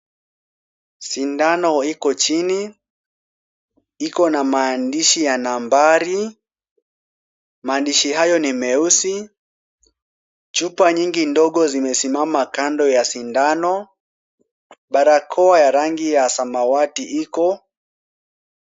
Sindano iko chini. Iko na maandishi ya nambari. Maandishi hayo ni meusi. Chupa nyingi ndogo zimesimama kando ya sindano. Barakoa ya rangi ya samawati iko.